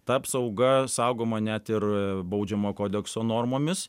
ta apsauga saugoma net ir baudžiamo kodekso normomis